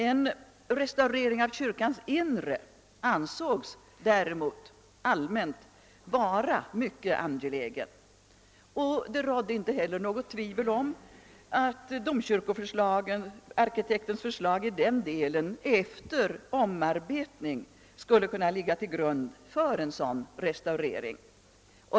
En restaurering av kyrkans inre ansågs däremot allmänt vara mycket angelägen, och det rådde inte heller något tvivel om att domkyrkoarkitektens förslag i den delen efter omarbetning skulle kunna ligga till grund för en sådan restaurering.